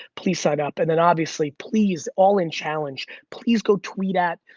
please sign up and then obviously please, all in challenge, please go tweet at,